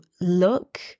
look